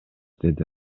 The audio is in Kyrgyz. деди